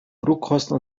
brotkasten